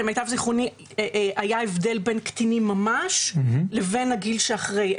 למיטב זכרוני היה הבדל בין קטינים ממש לבין הגיל שאחרי,